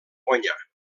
guanyar